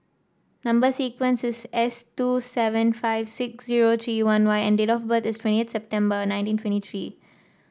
number sequence is S two seven five six zero three one Y and date of birth is twentieth September nineteen twenty three